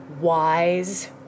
wise